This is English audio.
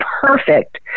perfect